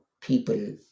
people